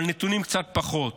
אבל נתונים קצת פחות.